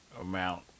amount